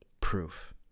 proof